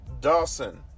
Dawson